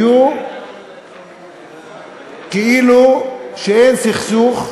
היו כאילו אין סכסוך,